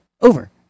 over